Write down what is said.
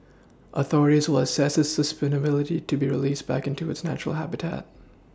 authorities will assess its suitability to be released back into its natural habitat